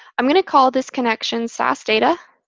i'm going to call this connection sas data